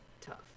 tough